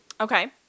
Okay